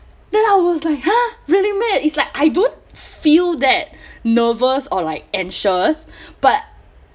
then I was like ha really meh it's like I don't feel that nervous or like anxious but